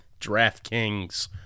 DraftKings